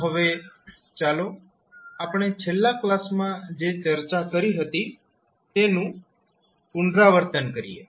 તો હવે ચાલો આપણે છેલ્લા કલાસમાં જે ચર્ચા કરી હતી તેનું પુનરાવર્તન કરીએ